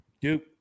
Duke